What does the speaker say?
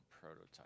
prototype